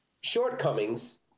shortcomings